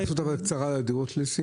תוכל בקצרה על דירות ליסינג.